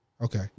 Okay